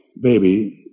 Baby